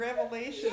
revelation